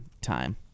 time